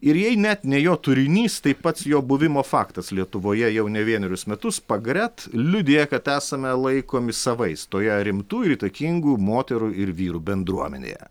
ir jei net ne jo turinys tai pats jo buvimo faktas lietuvoje jau ne vienerius metus pagret liudija kad esame laikomi savais toje rimtų ir įtakingų moterų ir vyrų bendruomenėje